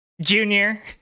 Junior